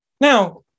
Now